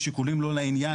שיקולים לא לעניין,